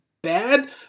bad